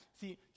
See